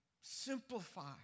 simplify